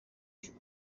شون